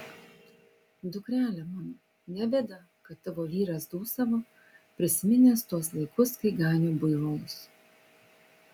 dukrele mano ne bėda kad tavo vyras dūsavo prisiminęs tuos laikus kai ganė buivolus